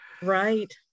Right